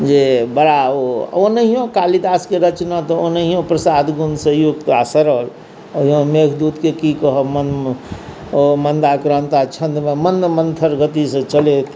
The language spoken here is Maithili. जे बड़ा ओ ओनेहियो कालिदासके रचना तऽ ओनेहियो प्रसाद गुण से युक्त आ सरल मेघदूत के की कहब मदक्रंता छंद मे मंद मंथर गति से चलैत